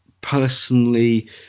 personally